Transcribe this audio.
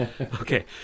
Okay